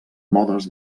modes